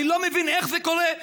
אני לא מבין איך זה קורה.